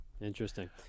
Interesting